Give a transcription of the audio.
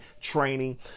training